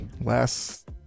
last